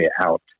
out